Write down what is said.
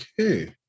Okay